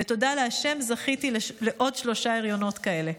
ותודה לה', זכיתי לעוד שלושה הריונות כאלה.